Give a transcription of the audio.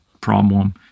problem